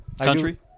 Country